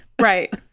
Right